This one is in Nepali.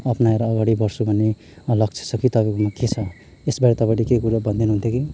अप्नाएर अगाडि बढ्छु भन्ने लक्ष्य छ कि तपाईँकोमा के छ यसबारे तपाईँले केही कुरा भन्दिनु हुन्थ्यो कि